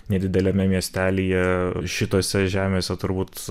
nedideliame miestelyje šitose žemėse turbūt